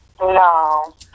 No